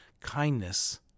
Kindness